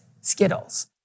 Skittles